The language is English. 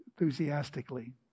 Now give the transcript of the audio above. enthusiastically